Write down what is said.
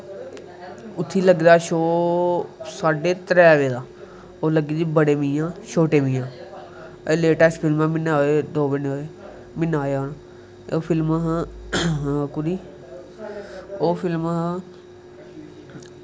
उत्थें लग्गे दा हा शो साड्डे त्रै बज़े दा ओह् लग्गी दी ही बड़े मियां शोटे मियां अजैं लेटैस्ट फिल्म ऐ म्हीना होआ दो म्हीनें होए म्हीना होआ ओह् फिल्म ही कोह्दी ओह् फिल्म ही